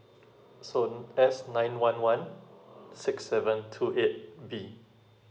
so S nine one one six seven two eight B